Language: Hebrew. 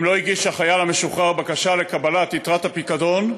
אם לא הגיש החייל המשוחרר בקשה לקבלת יתרת הפיקדון,